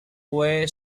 way